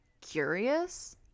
curious